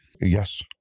Yes